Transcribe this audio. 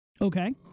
Okay